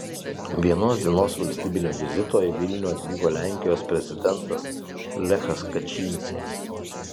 vienos dienos valstybinio vizito į vilnių atvyko lenkijos prezidentas lechas kačynskis